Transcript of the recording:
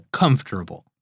comfortable